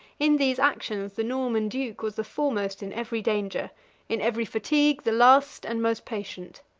in these actions the norman duke was the foremost in every danger in every fatigue the last and most patient.